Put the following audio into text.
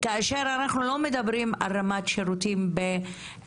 כאשר אנחנו לא מדברים פה על רמת שירותים בנושאים